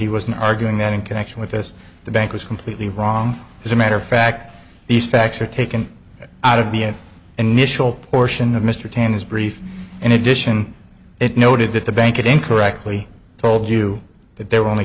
he was not arguing that in connection with this the bank was completely wrong as a matter of fact these facts are taken out of the initial portion of mr tanis brief in addition it noted that the bank incorrectly told you that there were only